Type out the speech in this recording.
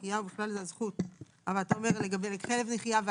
לאחד המאמנים - לא ניכנס להגדרות - לגדל את הכלב במהלך